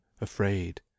afraid